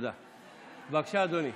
בבקשה, אדוני.